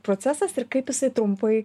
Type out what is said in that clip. procesas ir kaip isai trumpai